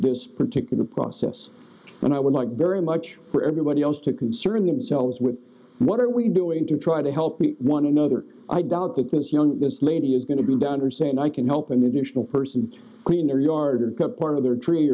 this particular process and i would like very much for everybody else to concern themselves with what are we doing to try to help one another i doubt that this young lady is going to be down or saying i can help an additional person to clean their yard the part of their tree